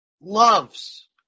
loves